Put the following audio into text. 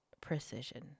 Precision